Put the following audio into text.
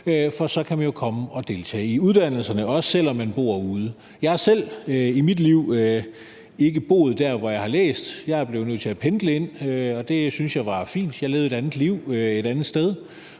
for så kan man jo komme at deltage på uddannelserne, også selv om man bor ude. Jeg har selv i mit liv ikke boet der, hvor jeg har læst. Jeg er blevet nødt til at pendle ind, og det synes jeg var fint. Jeg levede et andet liv et andet sted.